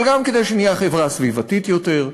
אבל גם כדי שנהיה חברה סביבתית יותר,